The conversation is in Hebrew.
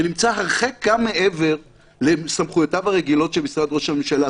שנמצא הרחק גם מעבר לסמכויותיו הרגילות של משרד ראש הממשלה,